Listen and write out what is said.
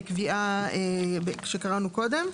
בקביעה שקראנו קודם,